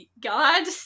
god